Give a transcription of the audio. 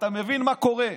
אתה מבין מה קורה.